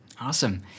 Awesome